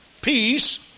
peace